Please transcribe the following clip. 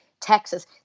Texas